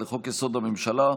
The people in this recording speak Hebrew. לחוק-יסוד: הממשלה,